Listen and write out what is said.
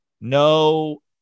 No